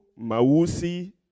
Mawusi